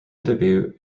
debut